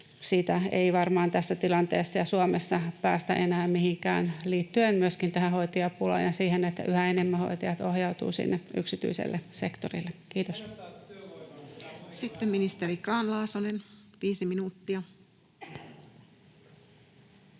Siitä ei varmaan tässä tilanteessa ja Suomessa päästä enää mihinkään, liittyen myöskin tähän hoitajapulaan ja siihen, että yhä enemmän hoitajat ohjautuvat sinne yksityiselle sektorille. — Kiitos. Sitten ministeri Grahn-Laasonen, viisi minuuttia.